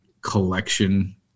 collection